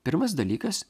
pirmas dalykas